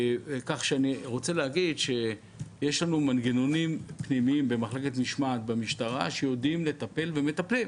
כך שיש לנו מנגנונים פנימיים במחלקת משמעת במשטרה שיודעים לטפל ומטפלים,